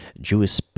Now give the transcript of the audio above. Jewish